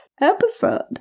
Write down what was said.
episode